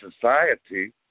society